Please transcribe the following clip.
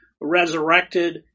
resurrected